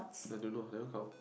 so I don't know I never count